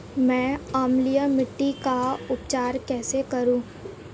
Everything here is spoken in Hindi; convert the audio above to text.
मैं अम्लीय मिट्टी का उपचार कैसे करूं?